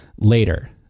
later